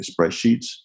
spreadsheets